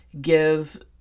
give